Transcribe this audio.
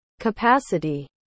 capacity